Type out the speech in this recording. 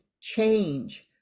change